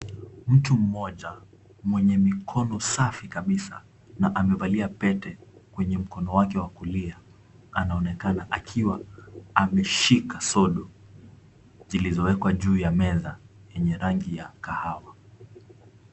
Mtu mmoja mwenye mikono safi kabisa na amevalia pete kwenye mkono wake wa kulia. Anaonekana akiwa ameshika sodo zilizowekwa juu ya meza yenye rangi ya kahawa.